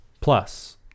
Plus